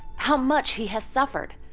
how much he has suffered,